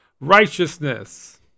Righteousness